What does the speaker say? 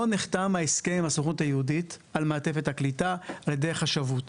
לא נחתם ההסכם עם הסוכנות היהודית על מעטפת הקליטה על ידי החשבות.